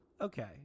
Okay